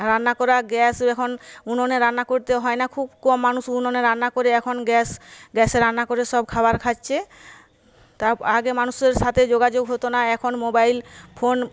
রান্না করা গ্যাস এখন উনুনে রান্না করতে হয় না খুব কম মানুষ উনুনে রান্না করে এখন গ্যাস গ্যাসে রান্না করে সব খাবার খাচ্ছে তা আগে মানুষের সাথে যোগাযোগ হতো না এখন মোবাইল ফোন